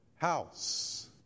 House